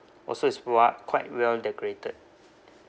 also is w~ quite well decorated